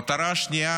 המטרה השנייה